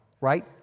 right